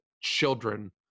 children